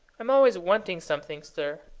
i'm always wanting something, sir,